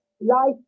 life